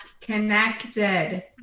connected